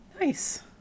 Nice